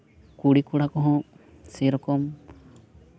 ᱠᱩᱲᱤ ᱠᱚᱲᱟ ᱠᱚᱦᱚᱸ ᱥᱮᱨᱚᱠᱚᱢ